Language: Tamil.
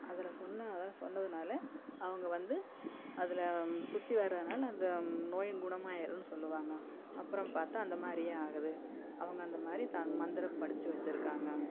அதில் சொன்ன அதான் சொன்னதுனால அவங்க வந்து அதில் சுற்றி வரன்னால அந்த நோயும் குணம் ஆயிருன்னு சொல்லுவாங்க அப்புறம் பார்த்தா அந்த மாதிரியே ஆகுது அவங்க அந்த மாதிரி தா மந்திரம் படிச்சு வச்சிருக்காங்க